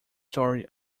story